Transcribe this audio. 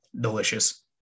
Delicious